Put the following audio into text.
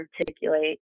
articulate